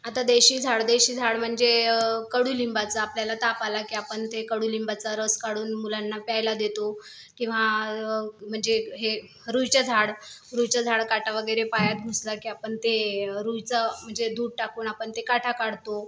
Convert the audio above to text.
आता देशी झाड देशी झाड म्हणजे कडुलिंबाचं आपल्याला ताप आला की आपण ते कडुलिंबाचा रस काढून मुलांना प्यायला देतो किंवा म्हणजे हे रुईचं झाड रुईच्या झाड काटा वगैरे पायात घुसला की आपण ते रुईचं म्हणजे दूध टाकून आपण ते काटा काढतो